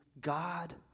God